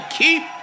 keep